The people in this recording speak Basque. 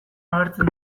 agertzen